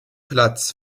platz